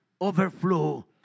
overflow